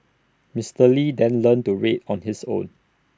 Mister lee then learnt to read on his own